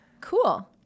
cool